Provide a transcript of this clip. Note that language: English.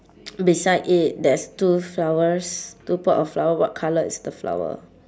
beside it there's two flowers two pot of flower what colour is the flower